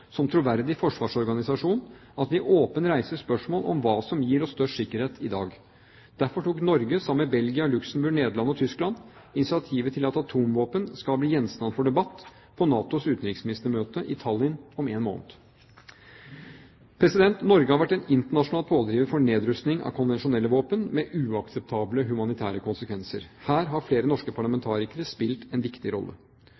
som troverdig forsvarsorganisasjon at vi åpent reiser spørsmålet om hva som gir oss størst sikkerhet i dag. Derfor tok Norge sammen med Belgia, Luxembourg, Nederland og Tyskland initiativet til at atomvåpen skal bli gjenstand for debatt på NATOs utenriksministermøte i Tallinn om en måned. Norge har vært en internasjonal pådriver for nedrustning av konvensjonelle våpen med uakseptable humanitære konsekvenser. Her har flere norske